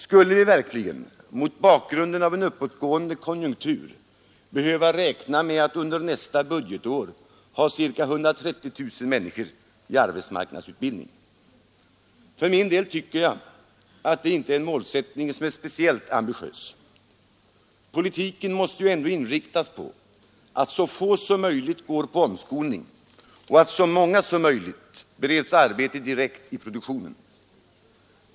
Skall vi verkligen — mot bakgrund av en uppåtgående konjunktur — behöva räkna med att under nästa budgetår ha ca 130 000 människor i arbetsmarknadsutbildning? För min del tycker jag att den målsättningen inte är speciellt ambitiös. Politiken måste ju ändå inriktas på att så få som möjligt går på omskolning och att så många som möjligt bereds arbete direkt i produktionen.